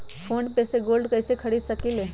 Phone पे से gold कईसे खरीद सकीले?